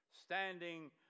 standing